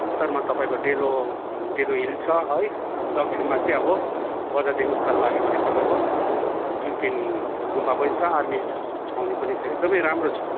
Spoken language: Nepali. उत्तरमा तपाईँको डेलो डेलो हिल छ है अब दक्षिणमा चाहिँ अब बजारदेखि उकालो लाग्यो भने तपाईँको दुर्पिन गुम्बा पनि छ आर्मी छाउनी पनि छ एकदमै राम्रो छ